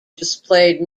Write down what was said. displayed